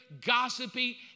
gossipy